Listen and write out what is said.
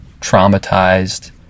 traumatized